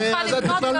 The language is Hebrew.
המדינה צריכה לבנות.